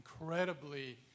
incredibly